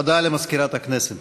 הודעה למזכירת הכנסת.